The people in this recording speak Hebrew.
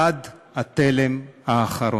עד התלם האחרון.